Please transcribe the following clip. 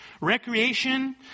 recreation